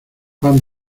pan